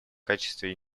качестве